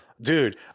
Dude